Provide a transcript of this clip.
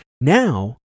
Now